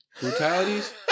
Brutalities